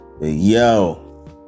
Yo